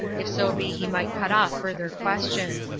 if so be he might cut off further question.